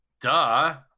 Duh